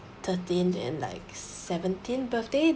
thirteenth and like seventeenth birthday